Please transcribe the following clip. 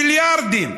מיליארדים.